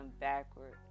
backward